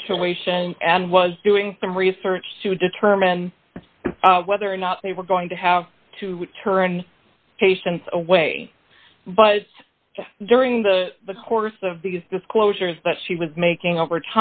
situation and was doing some research to determine whether or not they were going to have to turn patients away but during the course of these disclosures but she was making over